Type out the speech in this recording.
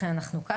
לכן אנחנו כאן.